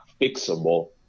fixable